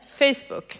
Facebook